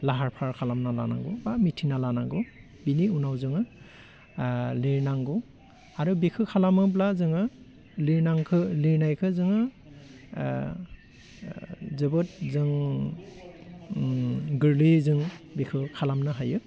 लाहार फाहार खालामना लानांगौ बा मिथिना लानांगौ बिनि उनाव जोङो लिरनांगौ आरो बिखौ खालामोब्ला जोङो लिरनांगो लिरनायखौ जोङो जोबोद जों गोरलैयै जों बिखौ खालामनो हायो